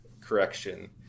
correction